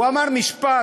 הוא אמר משפט: